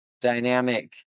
Dynamic